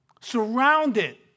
surrounded